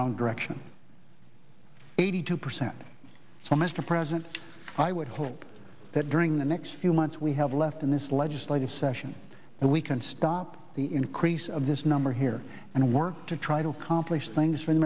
wrong direction eighty two percent so mr president i would hope that during the next few months we have left in this legislative session and we can stop the increase of this number here and work to try to accomplish things